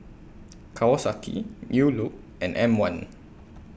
Kawasaki New Look and M one